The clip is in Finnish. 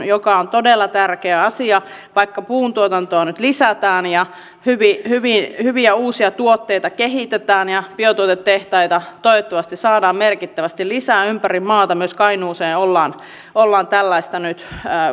joka on todella tärkeä asia vaikka puuntuotantoa nyt lisätään ja hyviä uusia tuotteita kehitetään ja biotuotetehtaita toivottavasti saadaan merkittävästi lisää ympäri maata myös kainuuseen ollaan ollaan tällaista nyt